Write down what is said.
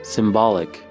Symbolic